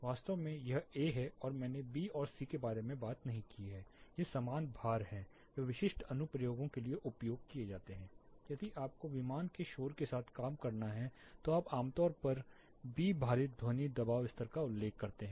वास्तव में यह ए है और मैंने बी और सी के बारे में बात नहीं की है ये समान भार हैं जो विशिष्ट अनुप्रयोगों के लिए उपयोग किए जाते हैं यदि आपको विमान के शोर के साथ काम करना है तो आप आमतौर पर बी भारित ध्वनि दबाव स्तर का उल्लेख करते हैं